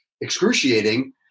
excruciating